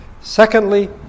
Secondly